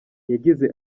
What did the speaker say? yagize